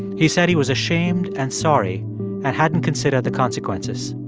he said he was ashamed and sorry and hadn't considered the consequences.